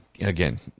again